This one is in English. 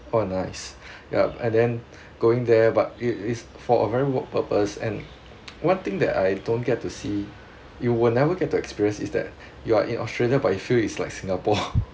oh nice yup and then going there but it is for a very work purpose and one thing that I don't get to see you will never get to experience is that you are in australia but you feel is like singapore